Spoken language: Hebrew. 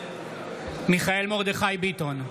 מיכאל מרדכי ביטון,